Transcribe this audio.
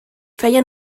feia